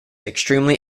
extremely